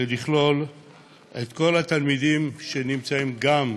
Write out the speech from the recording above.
ולכלול את כל התלמידים שנמצאים גם,